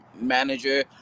manager